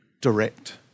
direct